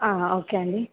okay అండి